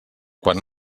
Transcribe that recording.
quan